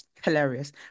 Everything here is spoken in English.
hilarious